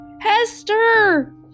Hester